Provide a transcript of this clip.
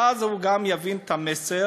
ואז הוא גם יבין את המסר,